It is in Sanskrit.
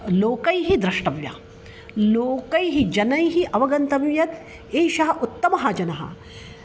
लोकैः द्रष्टव्या लोकैः जनैः अवगन्तव्यम् एषः उत्तमः जनः